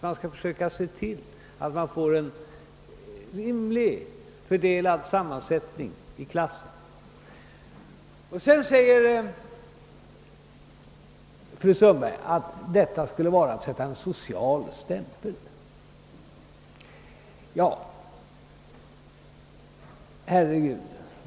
Man får försöka se till att man får en rimligt fördelad sammansättning i klassen. Vidare säger fru Sundberg att detta skulle innebära att man sätter en social stämpel på barnen.